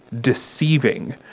deceiving